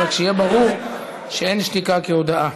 אז רק שיהיה ברור שאין שתיקה כהודאה.